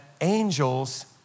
angels